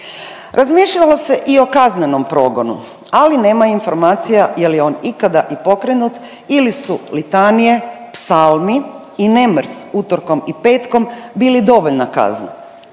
Razmišljalo se i o kaznenom progonu, ali nema informacija je li on ikada i pokrenut ili su litanije, psalmi i nemrs utorkom i petkom bili dovoljna kazna?